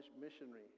missionary